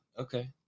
okay